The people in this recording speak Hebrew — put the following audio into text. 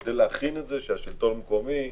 כדי להכין את זה, שהשלטון המקומי,